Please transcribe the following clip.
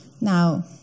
Now